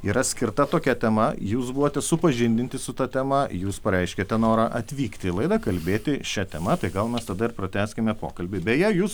yra skirta tokia tema jūs buvote supažindinti su ta tema jūs pareiškėte norą atvykti į laidą kalbėti šia tema tai gal mes tada ir pratęskime pokalbį beje jūs